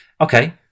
Okay